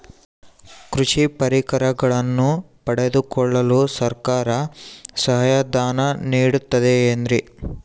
ಕೃಷಿ ಪರಿಕರಗಳನ್ನು ಪಡೆದುಕೊಳ್ಳಲು ಸರ್ಕಾರ ಸಹಾಯಧನ ನೇಡುತ್ತದೆ ಏನ್ರಿ?